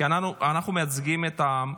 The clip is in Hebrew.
כי אנחנו מייצגים את העם,